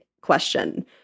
question